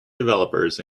developers